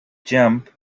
jump